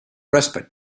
respite